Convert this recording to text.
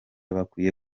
bakwiye